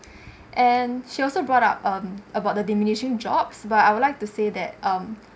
and she also brought up um about the diminishing jobs but I would like to say that um